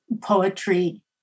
poetry